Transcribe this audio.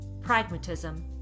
pragmatism